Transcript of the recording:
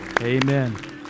Amen